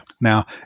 Now